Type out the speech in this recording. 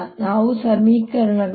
ಆದ್ದರಿಂದ ನಾವು ಸಮೀಕರಣವನ್ನು ನೋಡೋಣ